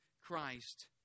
Christ